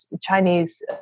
Chinese